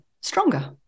stronger